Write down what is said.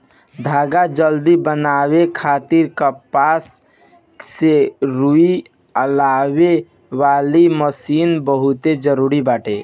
धागा जल्दी बनावे खातिर कपास से रुई अलगावे वाली मशीन बहुते जरूरी बाटे